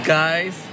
guys